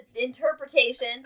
interpretation